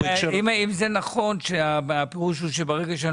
אם זה נכון שהפירוש הוא שברגע שאני